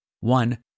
one